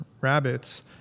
rabbits